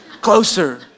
Closer